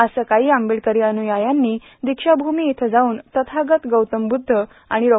आज सकाळी आंबेडकरी अन्र्यायांनी दीक्षा भूमी इथं जावून तथागत गौतम ब्रुद्ध तथा डॉ